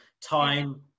time